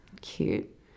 Cute